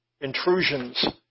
intrusions